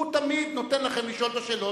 הוא תמיד נותן לכם לשאול את השאלות.